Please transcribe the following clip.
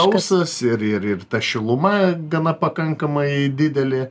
ausas ir ir ta šiluma gana pakankamai didelė